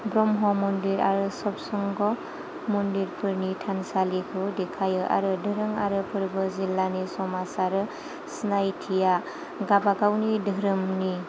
ब्रह्म मन्दिर आरो सत संग' मन्दिरफोरनि थानसालिखौ देखायो आरो दोरों आरो फोरबो जिल्लानि समाज आरो सिनायथिया गावबागावनि धोरोमनि